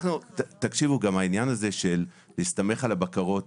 גם העניין הזה של להסתמך על הבקרות,